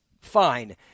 Fine